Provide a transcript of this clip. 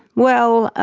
well,